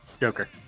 Joker